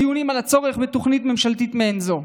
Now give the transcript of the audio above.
דיונים על הצורך בתוכנית ממשלתית מעין זו.